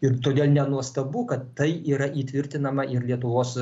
ir todėl nenuostabu kad tai yra įtvirtinama ir lietuvos